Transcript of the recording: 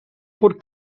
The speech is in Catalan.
pot